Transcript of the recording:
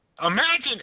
Imagine